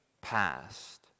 past